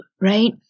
right